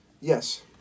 Yes